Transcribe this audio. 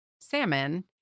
salmon